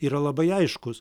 yra labai aiškus